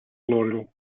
laurel